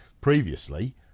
Previously